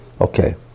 Okay